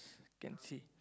can see